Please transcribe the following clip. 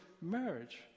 marriage